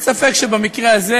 אין ספק שבמקרה הזה,